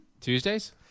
Tuesdays